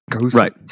Right